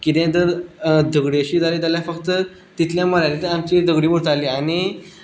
किदेंय जर झगडी अशी जाली जाल्यार फक्त तितलें म्हणल्यारच आमची झगडी उरताली आनी